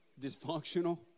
Dysfunctional